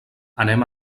anem